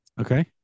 okay